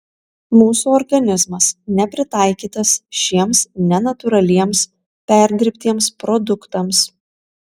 mūsų organizmas nepritaikytas šiems nenatūraliems perdirbtiems produktams